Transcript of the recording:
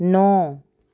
ਨੌ